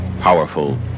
powerful